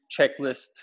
checklist